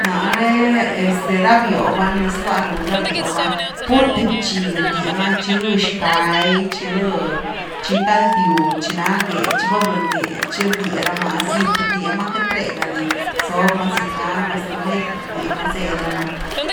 Náreh este ra biob ah ni zlua run ra biob ah purthe bchi rdiema tchi rh xckai tchi rh’ tchi ngaldyw tchi na gel tchi va brh’gel tchi rdie rama zit rdie ma queity ree ga dizob ma zit ga mas th metr rdye ma zed rama